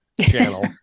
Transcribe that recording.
channel